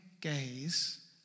Gaze